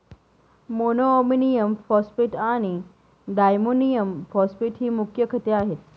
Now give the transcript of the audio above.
monoammonium phosphate आणि diammonium phosphate ही मुख्य खते आहेत